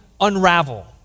unravel